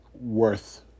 worth